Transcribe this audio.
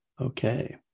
Okay